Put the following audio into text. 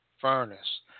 furnace